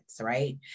right